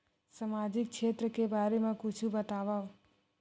सामजिक क्षेत्र के बारे मा कुछु बतावव?